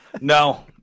No